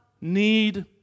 need